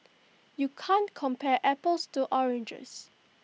you can't compare apples to oranges